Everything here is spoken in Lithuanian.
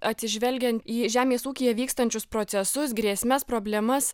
atsižvelgiant į žemės ūkyje vykstančius procesus grėsmes problemas